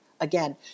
again